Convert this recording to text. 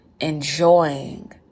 enjoying